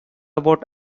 about